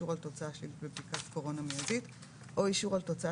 אישור על תוצאה שלילית בבדיקת קורונה מיידית או אישור על תוצאה